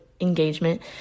engagement